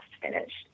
finished